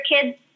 kids